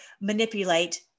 manipulate